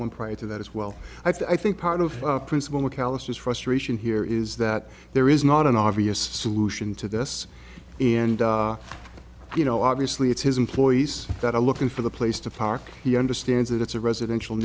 one prior to that as well i think part of the principal mcallister's frustration here is that there is not an obvious solution to this and you know obviously it's his employees that are looking for the place to park he understands that it's a residential